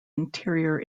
interior